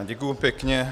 Děkuji pěkně.